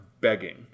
begging